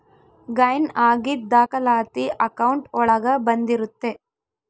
gain ಆಗಿದ್ ದಾಖಲಾತಿ account ಒಳಗ ಬಂದಿರುತ್ತೆ